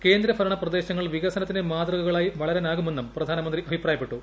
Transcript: കേന്ദ്രഭരണ പ്രദേശങ്ങൾ വികസനത്തിന്റെ മാതൃകകളായി വളരാനാകുമെന്നും പ്രധാനമന്ത്രി അഭിപ്രായപ്പെട്ടു